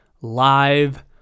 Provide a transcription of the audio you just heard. live